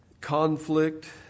Conflict